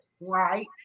Right